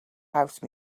house